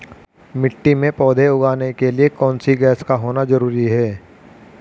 मिट्टी में पौधे उगाने के लिए कौन सी गैस का होना जरूरी है?